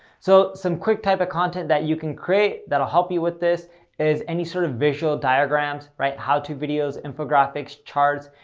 so, some quick type of content that you can create that'll help you with this is any sort of visual diagrams, right? how to videos, infographics, charts,